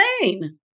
insane